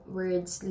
words